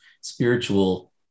spiritual